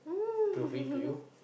prove it to you